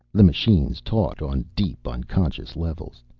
the machines taught on deep, unconscious levels.